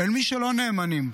ומי שלא נאמנים,